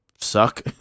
suck